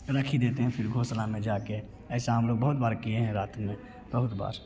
रख ही देते हैं फिर घोसला में जा कर ऐसा हम लोग बहुत बार किए है रात में बहुत बार